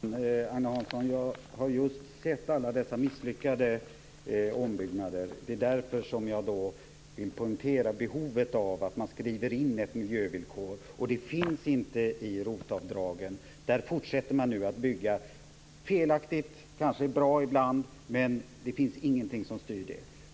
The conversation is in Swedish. Fru talman! Agne Hansson, jag har just sett alla dessa misslyckade ombyggnader. Det är därför som jag vill poängtera behovet av att man skriver in ett miljövillkor. Det finns inte i ROT-avdragen. Där fortsätter man nu att bygga felaktigt, kanske bra ibland, men det finns ingenting som styr det.